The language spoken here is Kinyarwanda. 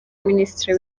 minisitiri